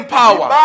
power